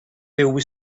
railway